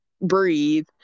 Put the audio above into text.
breathe